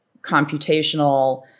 computational